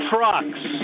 Trucks